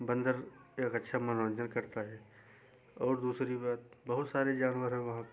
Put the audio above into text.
बंदर एक अच्छा मनोरंजन करता है और दूसरी बात बहुत सारे जानवर हैं वहाँ पे